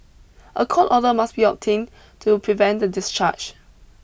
a court order must be obtained to prevent the discharge